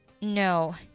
No